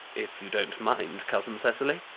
if you don't mind, cousin cecily.